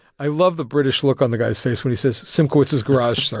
i love the british look on the guy's face when he says, simkowitz's garage, sir.